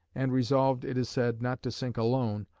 and resolved, it is said, not to sink alone,